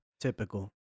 Typical